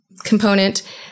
component